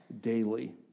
daily